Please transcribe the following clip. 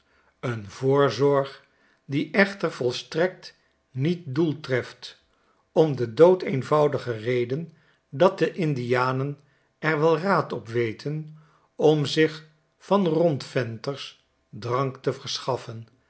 een voorzorg die echter volstrekt niet doeltreft om de doodeenvoudige reden dat de indianen er wel raad op weten om zich van rondventers drank te verschaffen